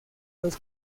los